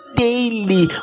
Daily